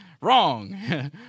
Wrong